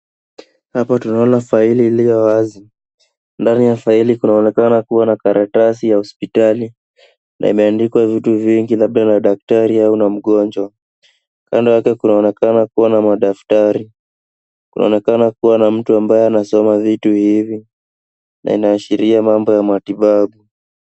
Hapa tunaona faili ilio wazi, ndani ya faili kunaonekana kuwa karatasi ya hospitali, na imeandikwa vitu vingi labda na daktari, au na mgonjwa. Kando yake kunaonekana kuwa na madaftari, kunaonekana kuwa na mtu ambaye anasoma vitu hivi hivi, na inaashiria mambo ya matibabu.